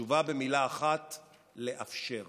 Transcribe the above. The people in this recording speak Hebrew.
התשובה במילה אחת: לאפשר.